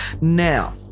Now